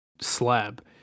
slab